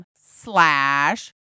slash